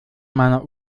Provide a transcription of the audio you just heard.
meiner